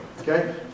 Okay